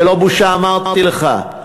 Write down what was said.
זה לא בושה, אמרתי לך.